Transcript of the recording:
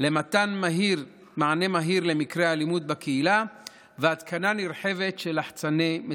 למתן מענה מהיר למקרי אלימות בקהילה והתקנה נרחבת של לחצני מצוקה.